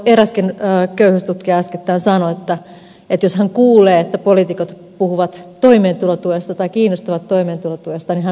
eräskin köyhyystutkija äskettäin sanoi että jos hän kuulee että poliitikot puhuvat toimeentulotuesta tai kiinnostuvat toimeentulotuesta niin hän poistaa varmistimen